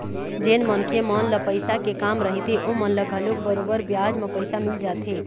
जेन मनखे मन ल पइसा के काम रहिथे ओमन ल घलोक बरोबर बियाज म पइसा मिल जाथे